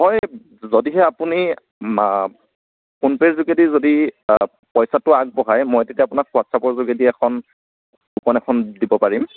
হয় যদিহে আপুনি মা ফোন পে'ৰ যোগেদি যদি পইচাটো আগবঢ়াই মই তেতিয়া আপোনাক হোৱাটচআপৰ যোগেদি এখন কুপন এখন দিব পাৰিম